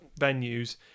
venues